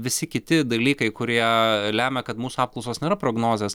visi kiti dalykai kurie lemia kad mūsų apklausos nėra prognozės